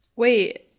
wait